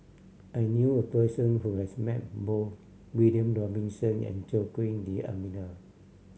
I knew a person who has met both William Robinson and Joaquim D'Almeida